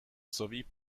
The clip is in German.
sowie